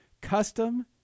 Custom